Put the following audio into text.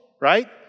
right